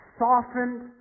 softened